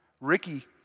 Ricky